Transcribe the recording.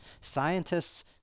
scientists